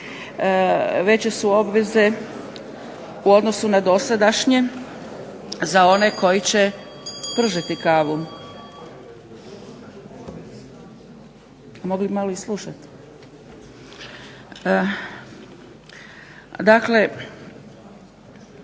Veće su obveze u odnosu na dosadašnje za one koji će pržiti kavu. Mogli bi malo i slušati. Dakle,